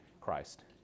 Christ